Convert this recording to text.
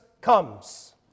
comes